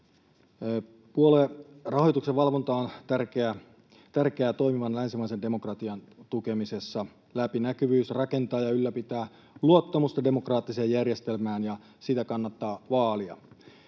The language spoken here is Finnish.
Puoluerahoituksen valvonta on tärkeää toimivan länsimaisen demokratian tukemisessa. Läpinäkyvyys rakentaa ja ylläpitää luottamusta demokraattiseen järjestelmään, ja sitä kannattaa vaalia.